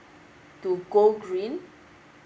to go green